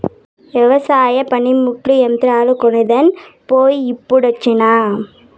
వెవసాయ పనిముట్లు, యంత్రాలు కొనేదాన్ పోయి ఇప్పుడొచ్చినా